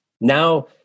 Now